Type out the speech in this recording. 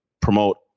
promote